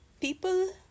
people